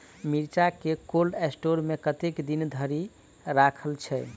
मिर्चा केँ cold store मे कतेक दिन धरि राखल छैय?